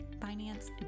finance